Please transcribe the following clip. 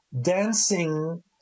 dancing